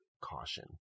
caution